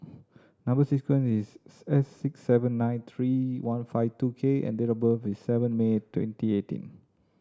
number sequence is S six seven nine three one five two K and date of birth is seven May twenty eighteen